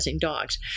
dogs